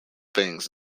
things